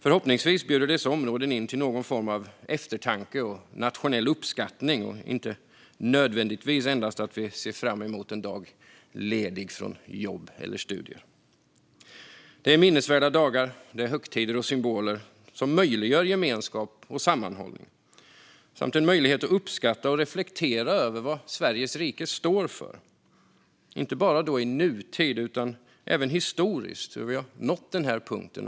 Förhoppningsvis bjuder dessa områden in till någon form av eftertanke och nationell uppskattning och inte nödvändigtvis endast till att vi ser fram emot en dag ledig från jobb eller studier. Det är minnesvärda dagar, högtider och symboler som möjliggör gemenskap och sammanhållning, samt en möjlighet att uppskatta och reflektera över vad Sveriges rike står för. Det gäller inte bara i nutid, utan även historiskt och hur vi nått den här punkten.